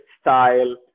style